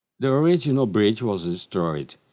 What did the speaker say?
the original bridge was destroyed.